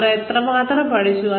അവർ എത്രമാത്രം പഠിച്ചു